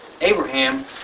Abraham